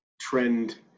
trend